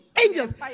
angels